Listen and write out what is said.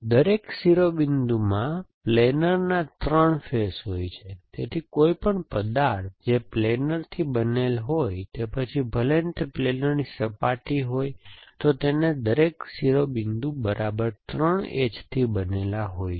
દરેક શિરોબિંદુમાં પ્લેનરના 3 ફેસ હોય છે તેથી કોઈપણ પદાર્થ જે પ્લેનરથી બનેલો છે પછી ભલે તે પ્લેનરની સપાટી હોય તો તેના દરેક શિરોબિંદુ બરાબર 3 એજથી બનેલ હોય છે